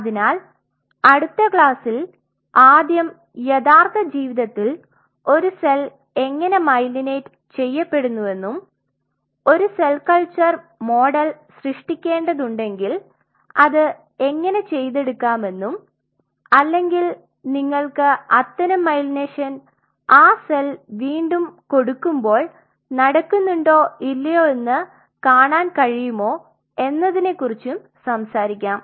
അതിനാൽ അടുത്ത ക്ലാസ്സിൽ ആദ്യം യഥാർത്ഥ ജീവിതത്തിൽ ഒരു സെൽ എങ്ങനെ മൈലൈനേറ്റ് ചെയ്യപ്പെടുന്നുവെന്നും ഒരു സെൽ കൾച്ചർ മോഡൽ സൃഷ്ടിക്കേണ്ടതുണ്ടെങ്കിൽ അത് എങ്ങനെ ചെയ്തെടുക്കാമെന്നും അല്ലെങ്കിൽ നിങ്ങൾക്ക് അത്തരം മൈലൈനേഷൻ ആ സെൽ വീണ്ടും കൊടുക്കുമ്പോൾ നടക്കുന്നുണ്ടോ ഇല്ലയോ എന്ന് കാണാൻ കഴിയുമോ എന്നതിനെക്കുറിച്ച് സംസാരിക്കാം